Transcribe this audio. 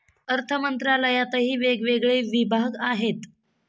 अर्थमंत्रालयातही वेगवेगळे विभाग आहेत